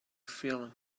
feeling